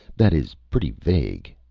that is pretty vague.